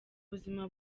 buzima